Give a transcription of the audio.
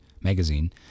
magazine